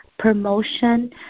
Promotion